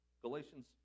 Galatians